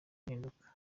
impinduka